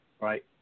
Right